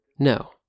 No